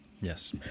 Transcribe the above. Yes